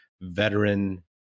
veteran